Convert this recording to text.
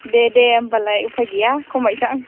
दे दे होमबालाय उफाय गैया खमायसां